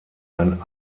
ein